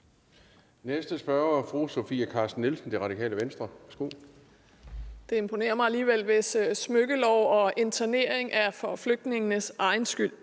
Værsgo. Kl. 17:30 Sofie Carsten Nielsen (RV): Det imponerer mig alligevel, hvis smykkelov og internering er for flygtningenes egen skyld,